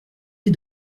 les